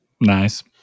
Nice